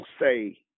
say